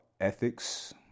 ethics –